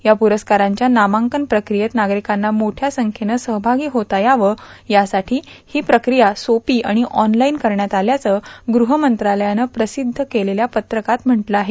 या प्रस्कारांच्या नामांकन प्रक्रियेत नार्गारकांना मोठ्या संख्येनं सहभागी होता यावं यासाठी हीं प्रक्रिया सोपी आर्गण ऑनलाईन करण्यात आल्याचं गृहमंत्रालयानं प्रासद्ध केलेल्या पत्रकात म्हटलं आहे